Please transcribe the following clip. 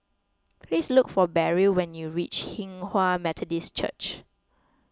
please look for Beryl when you reach Hinghwa Methodist Church